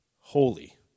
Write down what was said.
holy